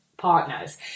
partners